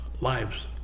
lives